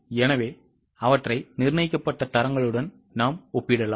எனவே அவற்றைநிர்ணயிக்கப்பட்ட தரங்களுடன்ஒப்பிடலாம்